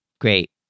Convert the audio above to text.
great